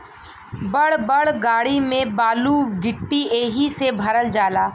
बड़ बड़ गाड़ी में बालू गिट्टी एहि से भरल जाला